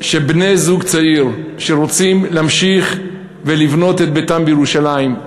שבני זוג צעיר שרוצים להמשיך ולבנות את ביתם בירושלים,